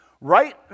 Right